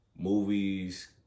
Movies